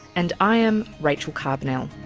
and i'm rachel carbonell